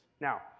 Now